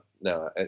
No